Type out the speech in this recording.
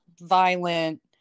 violent